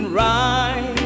right